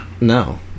No